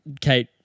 Kate